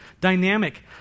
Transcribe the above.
dynamic